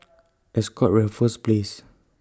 Ascott Raffles Place